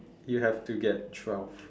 you have to get twelve